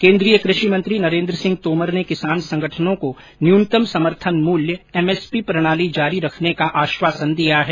केंद्रीय क्रॅषि मंत्री नरेंद्र सिंह तोमर ने किसान संगठनों को न्यूनतम समर्थन मूल्य एमएसपी प्रणाली जारी रखने का आश्वासन दिया है